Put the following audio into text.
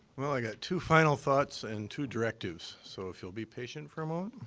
well, i got two final thoughts and two directives. so, if you'll be patient for um um